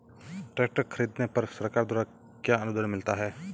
Tractor खरीदने पर सरकार द्वारा क्या अनुदान मिलता है?